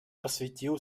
посвятил